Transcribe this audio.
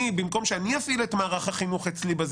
במקום שאני אפעיל את מערך החינוך אצלי,